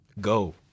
Go